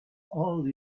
all